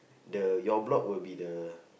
the your block will be the